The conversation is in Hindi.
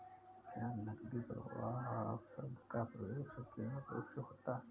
क्या नकदी प्रवाह शब्द का प्रयोग संकीर्ण रूप से होता है?